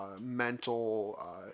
mental